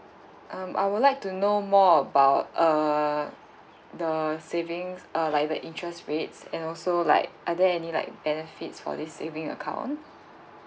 um I would like to know more about uh the savings uh like the interest rates and also like are there any like benefits for this saving account